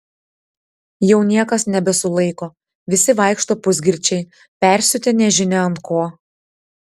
jau niekas nebesulaiko visi vaikšto pusgirčiai persiutę nežinia ant ko